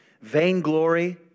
Vainglory